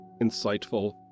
insightful